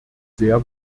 sehr